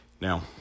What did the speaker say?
Now